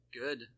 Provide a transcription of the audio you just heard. good